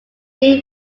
lee